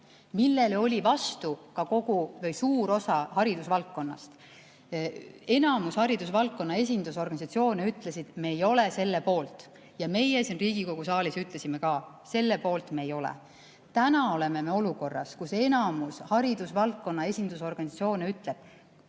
Sellele oli vastu ka suur osa haridusvaldkonnast. Enamus haridusvaldkonna esindusorganisatsioone ütlesid: me ei ole selle poolt. Ja meie siin Riigikogu saalis ütlesime ka: selle poolt me ei ole. Täna oleme olukorras, kus enamus haridusvaldkonna esindusorganisatsioone ütleb: